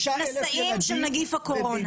36,000 ילדים שהם נשאים של נגיף הקורונה.